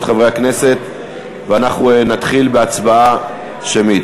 חברי הכנסת ואנחנו נתחיל בהצבעה שמית.